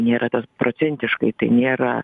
nėra tas procentiškai tai nėra